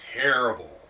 terrible